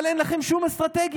אבל אין לכם שום אסטרטגיה.